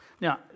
Now